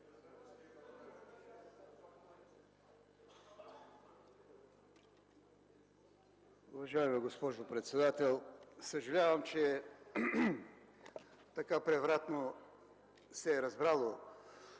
Уважаема госпожо председател, съжалявам, че така превратно са разбрани